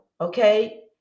okay